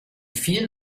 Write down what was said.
vielen